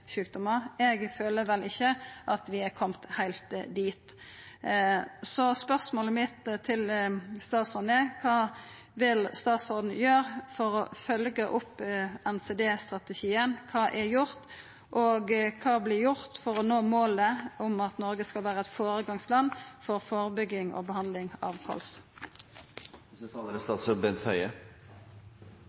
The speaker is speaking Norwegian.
Eg føler vel ikkje at vi har kome heilt dit. Spørsmålet mitt til statsråden er: Kva vil statsråden gjera for følgja opp NCD-strategien? Kva er gjort, og kva vert gjort for å nå målet om at Noreg skal vera eit føregangsland for førebygging og behandling av